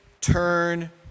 turn